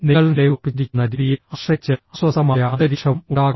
നിങ്ങൾ നിലയുറപ്പിച്ചിരിക്കുന്ന രീതിയെ ആശ്രയിച്ച് അസ്വസ്ഥമായ അന്തരീക്ഷവും ഉണ്ടാകാം